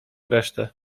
resztę